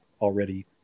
already